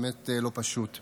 זה באמת לא פשוט.